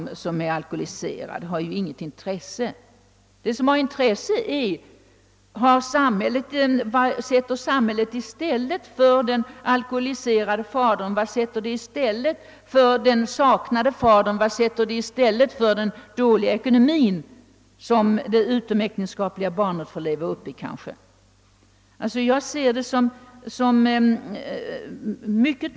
Detta har inget intresse om man vill söka orsakerna till brott, utan vad som har intresse är, vad samhället sätter i stället för den alkoholiserade fadern, för den saknade fadern eller för den dåliga ekonomin som det utomäktenskapliga barnet kanske får växa upp i.